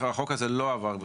החוק הזה לא עבר.